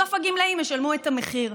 בסוף הגמלאים ישלמו את המחיר.